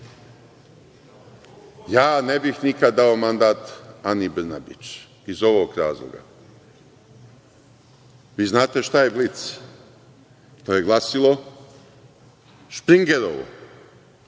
ja ne bih nikad dao mandat Ani Brnabić, iz ovog razloga. Vi znate šta je „Blic“, to je glasilo Špingerovo,